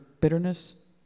Bitterness